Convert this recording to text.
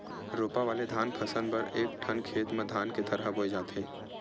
रोपा वाले धान फसल बर एकठन खेत म धान के थरहा बोए जाथे